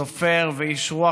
סופר ואיש רוח,